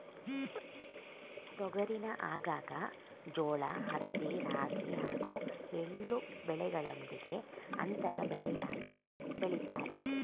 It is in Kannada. ತೊಗರಿನ ಆಗಾಗ ಜೋಳ ಹತ್ತಿ ರಾಗಿ ಹಾಗೂ ಎಳ್ಳು ಬೆಳೆಗಳೊಂದಿಗೆ ಅಂತರ ಬೆಳೆಯಾಗಿ ಬೆಳಿತಾರೆ